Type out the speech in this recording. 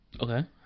Okay